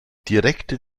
direkte